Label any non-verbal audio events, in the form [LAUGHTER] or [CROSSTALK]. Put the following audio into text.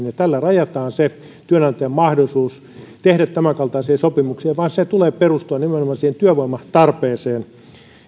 [UNINTELLIGIBLE] ja tällä rajataan se työnantajan mahdollisuus tehdä tämänkaltaisia sopimuksia mutta sen tulee perustua nimenomaan siihen työvoimatarpeeseen